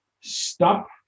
stop